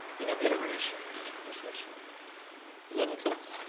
you know iteration conversation does that make sense?